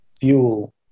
fuel